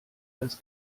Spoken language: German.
das